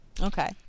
Okay